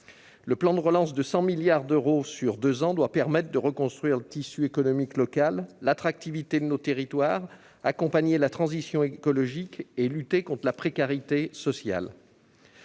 Le plan de relance de 100 milliards d'euros sur deux ans doit permettre de reconstruire le tissu économique local, de renforcer l'attractivité de nos territoires, d'accompagner la transition écologique et de lutter contre la précarité sociale.